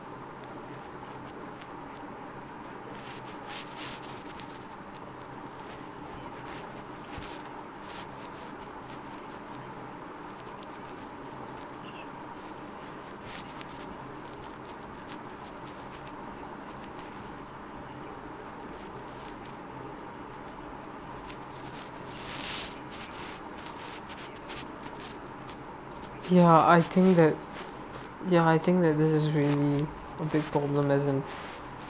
ya I think that ya I think that this is really a big problem as in